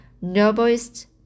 noblest